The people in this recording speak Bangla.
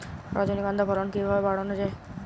রজনীগন্ধা ফলন কিভাবে বাড়ানো যায়?